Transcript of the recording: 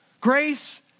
Grace